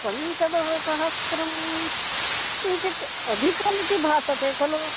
पञ्चदशसहस्रं किञ्चित् अधिकमिति भासते खलु